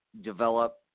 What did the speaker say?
develop